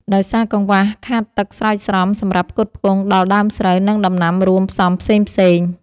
ដោយសារកង្វះខាតទឹកស្រោចស្រពសម្រាប់ផ្គត់ផ្គង់ដល់ដើមស្រូវ និងដំណាំរួមផ្សំផ្សេងៗ។